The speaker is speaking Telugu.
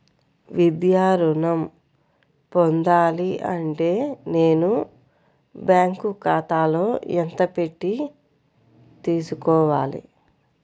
విద్యా ఋణం పొందాలి అంటే నేను బ్యాంకు ఖాతాలో ఎంత పెట్టి తీసుకోవాలి?